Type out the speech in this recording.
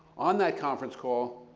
on that conference call,